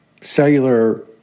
cellular